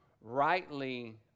rightly